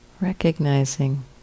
recognizing